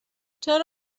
چرا